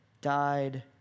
died